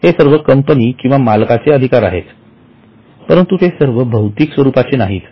हे सर्व कंपनी किंवा मालकाचे अधिकार आहेत परंतु ते सर्व भौतिक स्वरूपाचे नाहीत